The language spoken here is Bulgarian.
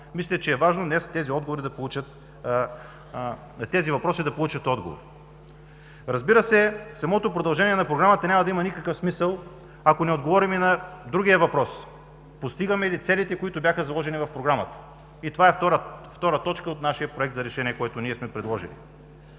Мисля, че днес тези въпроси трябва да получат отговор. Самото продължение на Програмата няма да има никакъв смисъл, ако не отговорим на другия въпрос – постигаме ли целите, които бяха заложени в Програмата? Това е втора точка от нашия Проект за решение, който сме предложили.